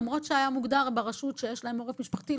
למרות שהיה מוגדר ברשות שיש להם עורף משפחתי,